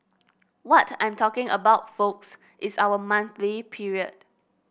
what I'm talking about folks is our monthly period